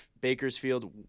Bakersfield